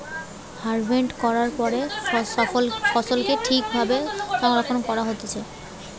harvest করার পরে ফসলকে ঠিক ভাবে সংরক্ষণ করা হতিছে